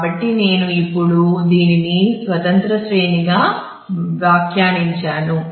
కాబట్టి నేను ఇప్పుడు దీనిని స్వతంత్ర శ్రేణిగా వాఖ్యానించాను